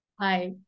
Hi